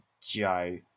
Joe